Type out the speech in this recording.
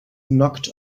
knocked